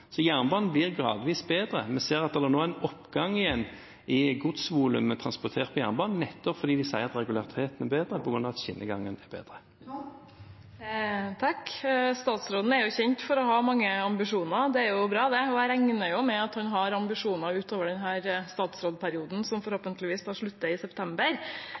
Så jernbanen blir gradvis bedre. Vi ser at det nå er en oppgang igjen i godsvolumet som blir transportert med jernbanen, nettopp fordi de sier at regulariteten er bedre på grunn av at skinnegangen er bedre. Statsråden er kjent for å ha mange ambisjoner, og det er jo bra. Jeg regner også med at han har ambisjoner utover denne statsrådsperioden, som forhåpentligvis slutter i september.